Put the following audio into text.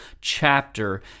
chapter